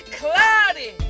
cloudy